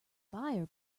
buyer